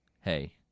hey